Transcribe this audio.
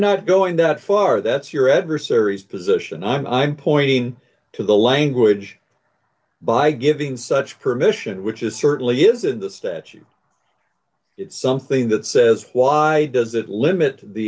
not going that far that's your adversary's position i'm pointing to the language by giving such per mission which is certainly isn't the statute it's something that says why does it limit the